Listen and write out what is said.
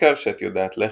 - העיקר שאת יודעת להחליק".